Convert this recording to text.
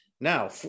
now